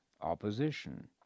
opposition